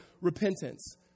Repentance